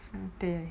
对